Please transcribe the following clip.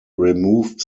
removed